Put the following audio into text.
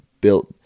built